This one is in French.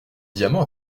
diamant